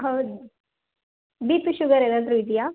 ಹೌದಾ B P sugar ಏನಾದ್ರೂ ಇದೆಯಾ